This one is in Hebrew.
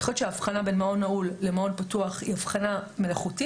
אני חושבת שההבחנה בין מעון נעול למעון פתוח היא הבחנה מלאכותית.